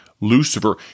Lucifer